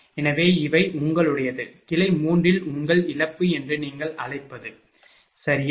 எனவே இவை உங்களுடையது கிளை 3 ல் உங்கள் இழப்பு என்று நீங்கள் அழைப்பது சரியா